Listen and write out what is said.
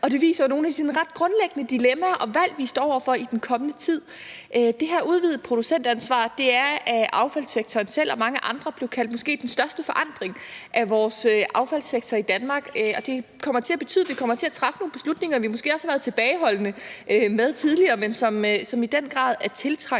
og det viser nogle af de ret grundlæggende dilemmaer og valg, vi står over for i den kommende tid. Det her udvidede producentansvar er af affaldssektoren selv og af mange andre blevet kaldt den måske største forandring af vores affaldssektor i Danmark, og det kommer til at betyde, at vi kommer til at træffe nogle beslutninger, vi måske også har været tilbageholdende med tidligere, men som i den grad er tiltrængte.